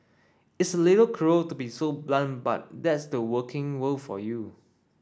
it's a little cruel to be so blunt but that's the working world for you